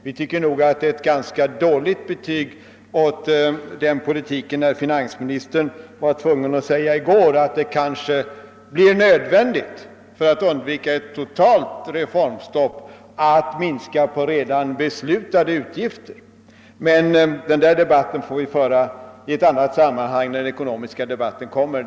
Jag tycker att det innebär ett ganska dåligt betyg när finansministern i går var tvungen att framhålla att det, för att undvika ett toalt reformstopp, kanske blir nödvändigt att minska redan beslutade utgifter. Men den debatten får vi föra när de ekonomiska frågorna tas upp.